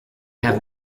have